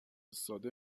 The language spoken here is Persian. ساده